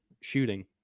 shooting